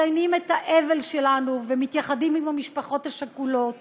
מציינים את האבל שלנו ומתייחדים עם המשפחות השכולות,